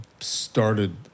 started